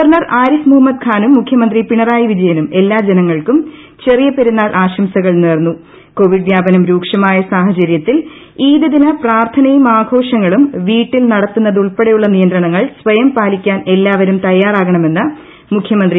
governor Arif Muhammad ഖാനും മുഖ്യമന്ത്രി പിണറായി വിജയനും എല്ലാ ജനങ്ങൾക്കും ചെറിയ പെരുനാൾ ആശംസകൾ നേർന്നു കോവിഡ് വ്യാപനം രൂക്ഷമായ സാഹചര്യത്തിൽ ഈദ് ദിന പ്രാർത്ഥനയും ആഘോഷങ്ങളും വീട്ടിൽ നടത്തുന്നതുൾപ്പെടെയുള്ള നിയന്ത്രണങ്ങൾ സ്വയം പാലിക്കാൻ എല്ലാവരും തയാറാകണമെന്ന് മുഖ്യമന്ത്രി പിണറായി വിജയൻ അഭ്യർത്ഥിച്ചു